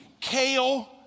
kale